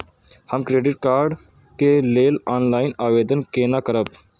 हम credit card के लेल ऑनलाइन आवेदन केना करब?